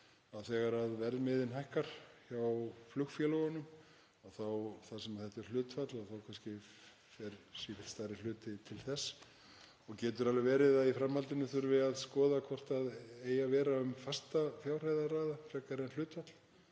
þegar verðmiðinn hækkar hjá flugfélögunum þá fer, þar sem þetta er hlutfall, kannski sífellt stærri hluti í það og getur alveg verið að í framhaldinu þurfi að skoða hvort það eigi að vera um fasta fjárhæð að ræða frekar en hlutfall.